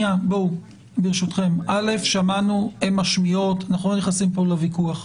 ברשותכם, הן משמיעות, אנחנו לא נכנסים פה לוויכוח.